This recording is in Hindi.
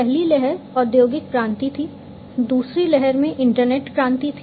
पहली लहर औद्योगिक क्रांति थी दूसरी लहर में इंटरनेट क्रांति थी